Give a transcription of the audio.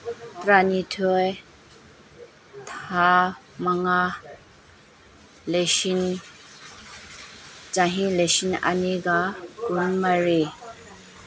ꯇꯔꯥꯅꯤꯊꯣꯏ ꯊꯥ ꯃꯉꯥ ꯂꯤꯁꯤꯡ ꯆꯍꯤ ꯂꯤꯁꯤꯡ ꯑꯅꯤꯒ ꯀꯨꯟꯃꯔꯤ